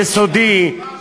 יסודי,